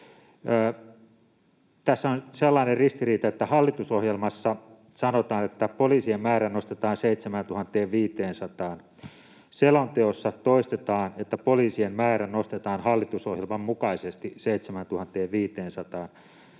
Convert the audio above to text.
Tässä on sellainen ristiriita, että hallitusohjelmassa sanotaan, että poliisien määrä nostetaan 7 500:aan, ja selonteossa toistetaan, että poliisien määrä nostetaan hallitusohjelman mukaisesti 7